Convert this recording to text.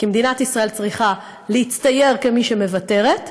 כי מדינת ישראל צריכה להצטייר כמי שמוותרת,